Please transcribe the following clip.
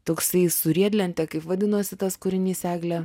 toksai su riedlente kaip vadinosi tas kūrinys egle